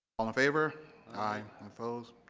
all in favor aye opposed